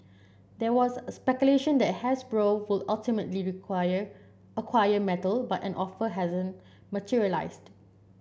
there was a speculation that Hasbro would ultimately require acquire Mattel but an offer hasn't materialised